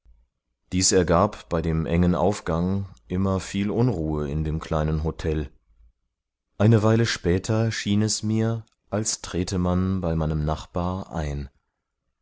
dies ergab bei dem engen aufgang immer viel unruhe in dem kleinen hotel eine weile später schien es mir als trete man bei meinem nachbar ein